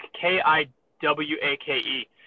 k-i-w-a-k-e